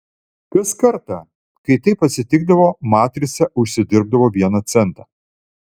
kas kartą kai taip atsitikdavo matrica užsidirbdavo vieną centą